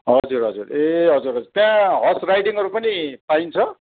हजुर हजुर ए हजुर हजुर त्यहाँ हर्स राइडिङहरू पनि पाइन्छ